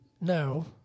No